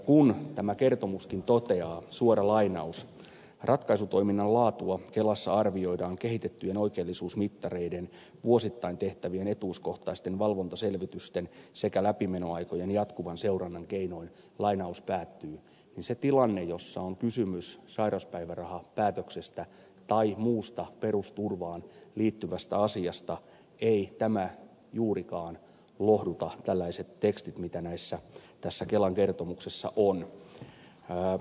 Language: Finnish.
kun tämä kertomuskin toteaa että ratkaisutoiminnan laatua kelassa arvioidaan kehitettyjen oikeellisuusmittareiden vuosittain tehtävien etuuskohtaisten valvontaselvitysten sekä läpimenoaikojen jatkuvan seurannan keinoin niin siinä tilanteessa jossa on kysymys sairauspäivärahapäätöksestä tai muusta perusturvaan liittyvästä asiasta eivät juurikaan lohduta tällaiset tekstit mitä tässä kelan kertomuksessa on